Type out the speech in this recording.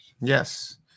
Yes